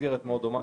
במסגרת דומה